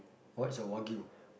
what's a wagyu